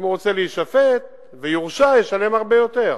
אם הוא רוצה להישפט ויורשע, הוא ישלם הרבה יותר.